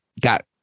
got